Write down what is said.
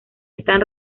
están